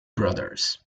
brothers